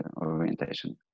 orientation